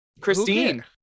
Christine